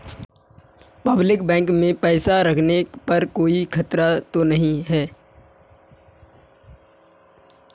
Public bank में पैसा रखने पर कोई खतरा तो नहीं है?